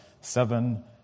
seven